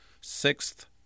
Sixth